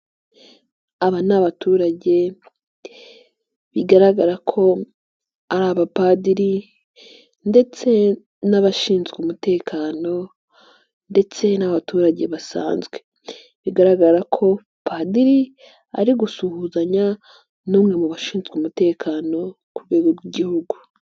Aba ni abaturage bigaragara ko ari abapadiri ndetse n'abashinzwe umutekano ndetse n'abaturage basanzwe. Bigaragara ko padiri ari gusuhuzanya n'umwe mu bashinzwe umutekano ku rwego rw'Igihugu.